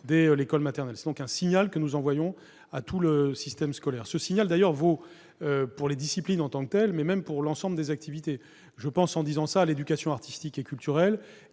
dès l'école maternelle. C'est donc un signal que nous envoyons à tout le système scolaire. D'ailleurs, ce signal vaut pour les disciplines en tant que telles, mais aussi pour l'ensemble des activités. Je pense à l'éducation artistique et culturelle,